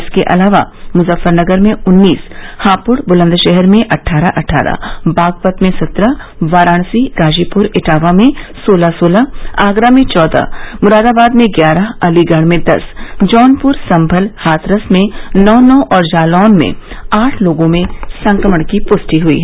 इसके अलावा मुजफ्फरनगर में उन्नीस हापुड़ बुलंदशहर में अट्ठारह अट्ठारह बागपत में सत्रह वाराणसी गाजीपुर इटावा में सोलह सोलह आगरा में चौदह मुरादाबाद में ग्यारह अलीगढ़ में दस जौनप्र सम्भल हाथरस में नौ नौ और जालौन में आठ लोगों में संक्रमण की प्स्टि हयी